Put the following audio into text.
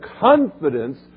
confidence